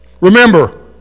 Remember